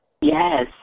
Yes